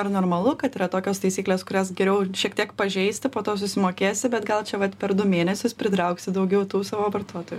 ar normalu kad yra tokios taisyklės kurias geriau šiek tiek pažeisti po to susimokėsi bet gal čia vat per du mėnesius pritrauksi daugiau tų savo vartotojų